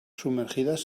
sumergidas